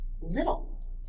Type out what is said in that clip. little